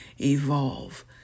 evolve